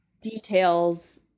details